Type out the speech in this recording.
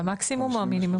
זה המקסימום או המינימום?